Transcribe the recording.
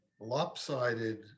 lopsided